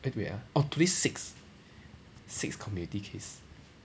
eh wait ah oh today six six community case